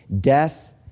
death